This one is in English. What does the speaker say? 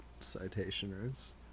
citationers